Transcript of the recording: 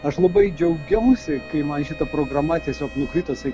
aš labai džiaugiausi kai man šita programa tiesiog nukritusi